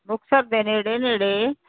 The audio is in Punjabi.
ਮੁਕਤਸਰ ਦੇ ਨੇੜੇ ਨੇੜੇ